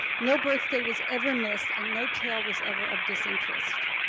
no birthday was ever missed and no tale was ever of disinterest.